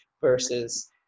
versus